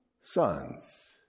sons